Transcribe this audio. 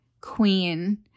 queen